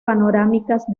panorámicas